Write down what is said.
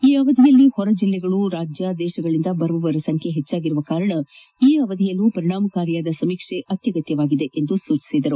ಈ ಅವಧಿಯಲ್ಲಿ ಹೊರಜಿಲ್ಲೆ ರಾಜ್ಯ ದೇಶಗಳಿಂದ ಬರುವವರ ಸಂಖ್ಯೆ ಹೆಚ್ಚಾಗಿರುವುದರಿಂದ ಈ ಅವಧಿಯಲ್ಲಿಯೂ ಪರಿಣಾಮಕಾರಿಯಾದ ಸಮೀಕ್ಷೆ ಅತ್ಯಗತ್ಯವಾಗಿದೆ ಎಂದರು